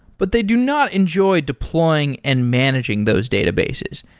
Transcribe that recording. but they do not enjoy deploying and managing those databases,